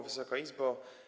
Wysoka Izbo!